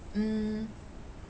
mm